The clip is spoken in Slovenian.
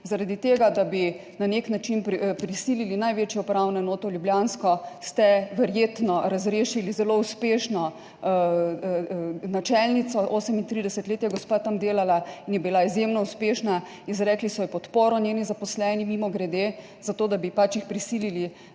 Zaradi tega, da bi na nek način prisilili največjo upravno enoto, ljubljansko, ste verjetno razrešili zelo uspešno načelnico, 38 let je gospa tam delala in je bila izjemno uspešna – izrekli so ji podporo njeni zaposleni, mimogrede –, zato da bi pač jih prisilili,